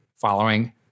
following